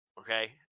okay